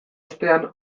ostean